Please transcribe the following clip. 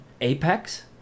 Apex